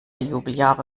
jubeljahre